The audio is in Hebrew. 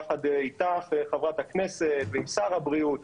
יחד איתך חברת הכנסת ועם שר הבריאות,